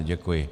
Děkuji.